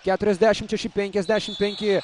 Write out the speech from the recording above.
keturiasdešim šeši penkiasdešim penki